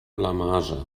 blamage